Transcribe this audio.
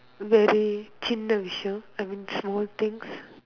very சின்ன :sinna விஷயம்:vishayam I mean small things